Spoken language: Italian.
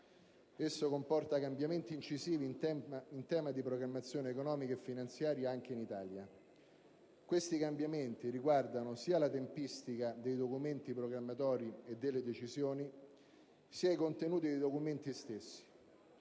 Esso comporta cambiamenti incisivi in tema di programmazione economica e finanziaria anche in Italia. Questi cambiamenti riguardano sia la tempistica dei documenti programmatori e delle decisioni, sia i contenuti dei documenti stessi.